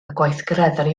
gweithgareddau